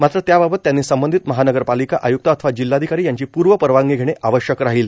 मात्र त्याबाबत त्यांनी संबंधित महानगरपालिका आयक्त अथवा जिल्हाधिकारी यांची पूर्व परवानगी घेणे आवश्यक राहील